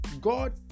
god